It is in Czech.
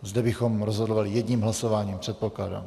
Zde bychom rozhodovali jedním hlasováním, předpokládám.